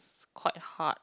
quite hard